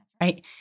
Right